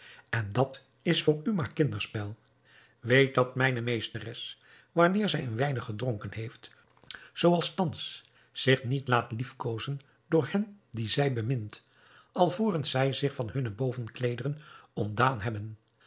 en dat is voor u maar kinderspel weet dat mijne meesteres wanneer zij een weinig gedronken heeft zooals thans zich niet laat liefkozen door hen die zij bemint alvorens zij zich van hunne bovenkleederen ontdaan hebben